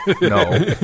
no